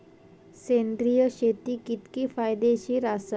सेंद्रिय शेती कितकी फायदेशीर आसा?